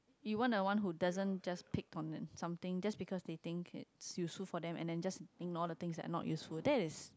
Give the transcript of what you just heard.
you want a one who doesn't just pick on something just because they think it useful for them and then just ignore the thing that are not useful that is